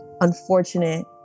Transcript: unfortunate